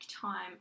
time